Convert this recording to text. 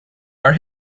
are